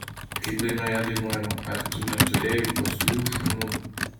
kaip dainoje dainuojama ar tu neturėjai vuoslių šunų